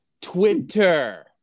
Twitter